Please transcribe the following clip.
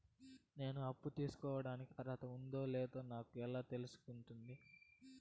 నేను అప్పు తీసుకోడానికి అర్హత ఉందో లేదో నాకు ఎలా తెలుస్తుంది?